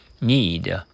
Need